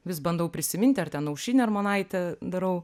vis bandau prisiminti ar ten aušrinę armonaitę darau